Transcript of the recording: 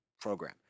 program